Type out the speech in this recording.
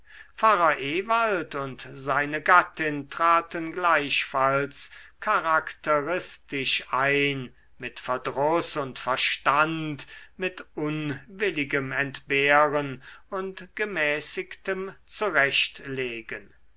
pfarrer ewald und seine gattin traten gleichfalls charakteristisch ein mit verdruß und verstand mit unwilligem entbehren und gemäßigtem zurechtlegen